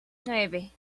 nueve